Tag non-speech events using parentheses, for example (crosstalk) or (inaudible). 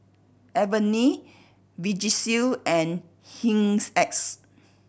Avene Vagisil and (unintelligible) X